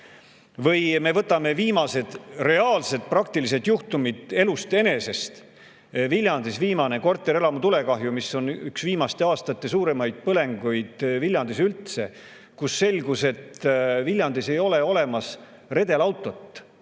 Võtame viimased reaalsed praktilised juhtumid elust enesest. Viljandi viimases korterelamu tulekahjus, mis on üks viimaste aastate suuremaid põlenguid Viljandis üldse, selgus, et Viljandis ei ole olemas redelautot,